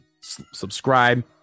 subscribe